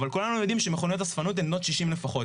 אבל כולנו יודעים שמכוניות אספנות הן בנות 60 לפחות.